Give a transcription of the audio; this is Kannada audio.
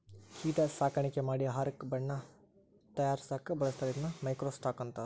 ಕೇಟಾ ಸಾಕಾಣಿಕೆ ಮಾಡಿ ಆಹಾರಕ್ಕ ಬಣ್ಣಾ ತಯಾರಸಾಕ ಬಳಸ್ತಾರ ಇದನ್ನ ಮೈಕ್ರೋ ಸ್ಟಾಕ್ ಅಂತಾರ